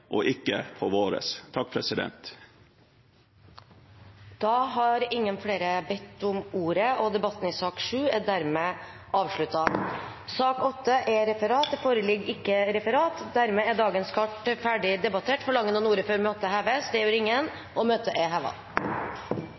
på Senterpartiets side og ikke på vår. Flere har ikke bedt om ordet til sak nr. 7. Det foreligger ikke noe referat. Dermed er dagens kart ferdig debattert. Forlanger noe ordet før møtet heves? – Møtet er